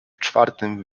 czwartym